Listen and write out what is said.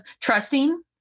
trusting